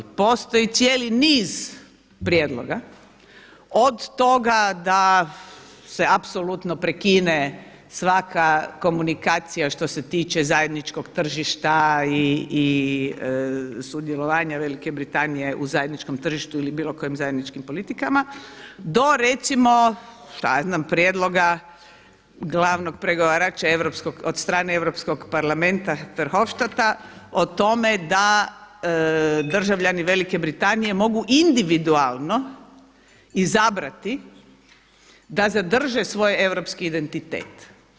Postoji cijeli niz prijedloga od toga da se apsolutno prekine svaka komunikacija što se tiče zajedničkog tržišta i sudjelovanja Velike Britanije u zajedničkom tržištu ili bilo kojim zajedničkim politikama do recimo šta ja zna prijedloga glavnog pregovarača od strane Europskog parlamenta Verhofstadta o tome da državljani Velike Britanije mogu individualno izabrati da zadrže svoj europski identitet.